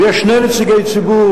ויש שני נציגי ציבור,